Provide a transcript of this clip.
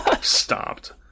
Stopped